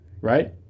Right